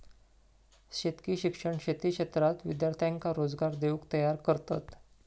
शेतकी शिक्षण शेती क्षेत्रात विद्यार्थ्यांका रोजगार देऊक तयार करतत